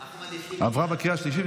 עברה בקריאה השלישית,